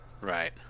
Right